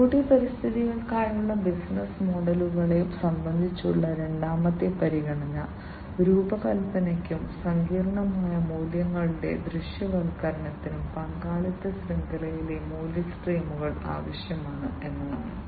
IoT പരിതസ്ഥിതികൾക്കായുള്ള business മോഡലുകളെ സംബന്ധിച്ചുള്ള രണ്ടാമത്തെ പരിഗണന രൂപകൽപനയ്ക്കും സങ്കീർണ്ണമായ മൂല്യങ്ങളുടെ ദൃശ്യവൽക്കരണത്തിനും പങ്കാളിത്ത ശൃംഖലയിലെ മൂല്യ സ്ട്രീമുകൾ ആവശ്യമാണ് എന്നതാണ്